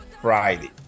friday